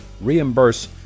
reimburse